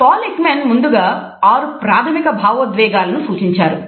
Paul Ekman ముందుగా ఆరు ప్రాథమిక భావోద్వేగాలను సూచించారు